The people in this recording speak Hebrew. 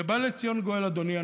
ובא לציון גואל, אדוני.